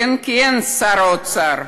כן כן, שר האוצר,